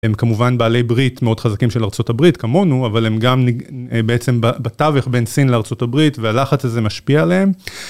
הם כמובן בעלי ברית מאוד חזקים של ארצות הברית כמונו אבל הם גם בעצם בתווך בין סין לארצות הברית והלחץ הזה משפיע עליהם.